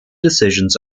decisions